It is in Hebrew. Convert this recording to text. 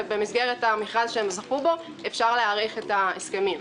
ובמסגרת המכרז שהם זכו בו אפשר להאריך את ההסכמים.